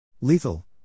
Lethal